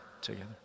together